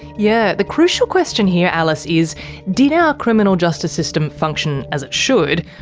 yeah. the crucial question here alice is did our criminal justice system function as it should.